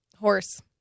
Horse